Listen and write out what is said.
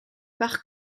par